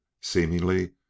seemingly